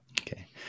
Okay